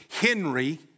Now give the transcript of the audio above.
Henry